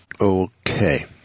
Okay